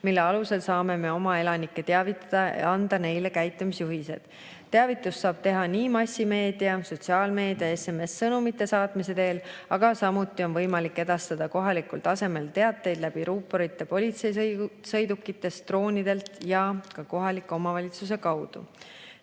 mille alusel saame oma elanikke teavitada ja anda neile käitumisjuhised. Teavitust saab teha massimeedia, sotsiaalmeedia, SMS‑sõnumite saatmise teel, samuti on võimalik edastada kohalikul tasemel teateid läbi ruuporite politseisõidukitest, droonidelt ja ka kohalike omavalitsuse kaudu.